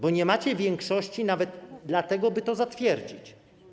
Bo nie macie większości nawet dla tego, by to zatwierdzić.